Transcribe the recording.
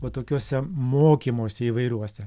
va tokiuose mokymuose įvairiuose